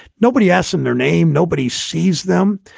nobody asks in their name, nobody sees them.